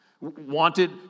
Wanted